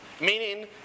meaning